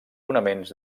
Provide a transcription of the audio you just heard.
fonaments